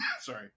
Sorry